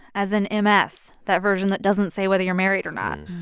as in m s, that version that doesn't say whether you're married or not.